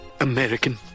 American